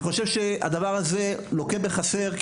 אני חושב שהנושא הזה לוקה בחסר,